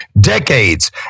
decades